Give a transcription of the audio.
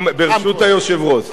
ברשות היושב-ראש.